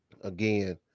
Again